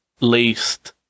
Least